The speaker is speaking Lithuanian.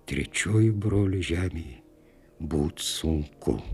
trečiuoju broliu žemėj būt sunku